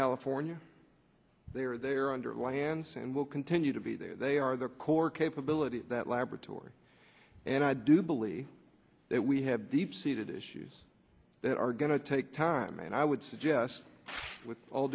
california they are there under lance and will continue to be there they are the core capability that laboratory and i do believe that we have deep seated issues that are going to take time and i would suggest with all